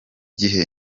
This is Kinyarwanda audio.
gihe